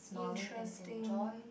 interesting